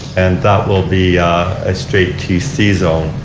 and that will be a straight tc zone.